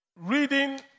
Reading